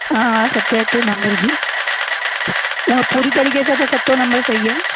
हा हा सतें अठें नंबर जी हूंअं पूरी तरीक़े सां त सतों नंबर सही आहे